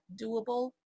doable